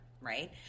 right